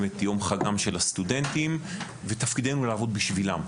זהו יום חגם של הסטודנטים ותפקידנו לעבוד בשבילם,